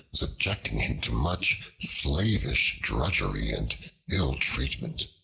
subjecting him to much slavish drudgery and ill-treatment.